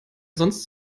sonst